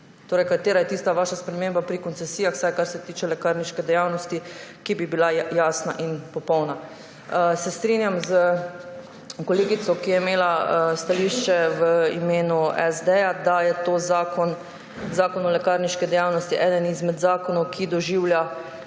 Torej katera je tista vaša sprememba pri koncesijah, vsaj kar se tiče lekarniške dejavnosti, ki bi bila jasna in popolna. Strinjam se s kolegico, ki je imela stališče v imenu SD, da je Zakon o lekarniški dejavnosti eden izmed zakonov, ki doživlja